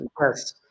yes